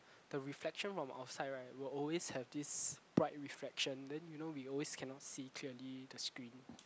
the reflection from outside right will always have this bright refraction then you know we always cannot see clearly the screen